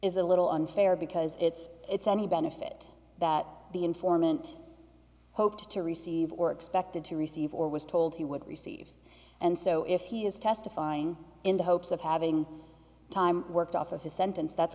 is a little unfair because it's it's any benefit that the informant hoped to receive or expected to receive or was told he would receive and so if he is testifying in the hopes of having time worked off of his sentence that's